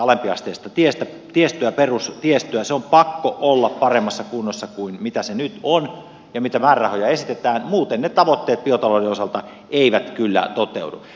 sen on pakko olla paremmassa kunnossa kuin mitä se nyt on ja mitä määrärahoja esitetään muuten ne tavoitteet biotalouden osalta eivät kyllä toteudu